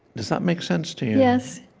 does that make sense to you? yes,